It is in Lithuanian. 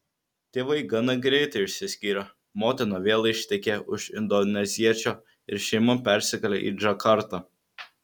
tėvai gana greitai išsiskyrė motina vėl ištekėjo už indoneziečio ir šeima persikėlė į džakartą